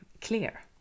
clear